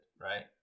right